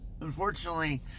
Unfortunately